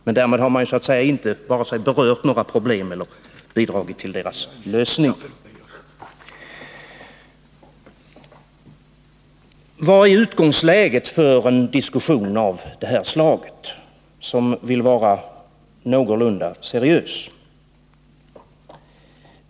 Men därmed har man så att säga inte vare sig berört några problem eller bidragit till deras lösning. Vad är utgångsläget för en diskussion av det här slaget som vill vara någorlunda seriös?